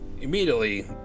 immediately